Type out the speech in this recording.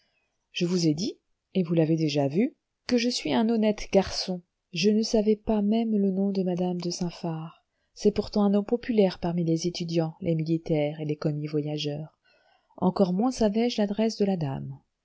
je vous ai dit et vous l'avez déjà vu que je suis un honnête garçon je ne savais pas même le nom de madame de saint phar c'est pourtant un nom populaire parmi les étudiants les militaires et les commis voyageurs encore moins savais-je l'adresse de la dame